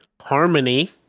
harmony